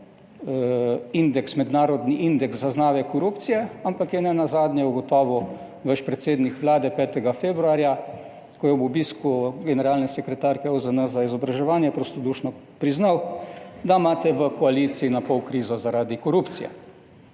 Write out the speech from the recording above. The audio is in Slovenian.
mednarodni indeks zaznave korupcije, ampak je nenazadnje ugotovil vaš predsednik Vlade 5. februarja, ko je ob obisku generalne sekretarke OZN za izobraževanje prostodušno priznal, da imate v koaliciji napol krizo zaradi korupcije.